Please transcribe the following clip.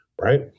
right